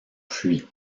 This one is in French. fui